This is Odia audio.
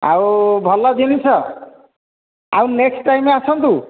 ଆଉ ଭଲ ଜିନିଷ ଆଉ ନେକ୍ଷ୍ଟ ଟାଇମ୍ ଆସନ୍ତୁ